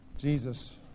Jesus